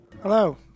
Hello